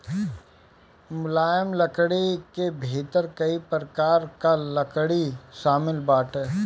मुलायम लकड़ी के भीतर कई प्रकार कअ लकड़ी शामिल बाटे